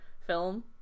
film